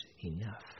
enough